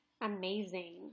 amazing